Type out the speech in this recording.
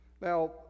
now